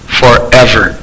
forever